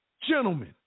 Gentlemen